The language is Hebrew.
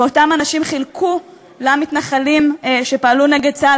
אותם אנשים חילקו למתנחלים שפעלו נגד צה"ל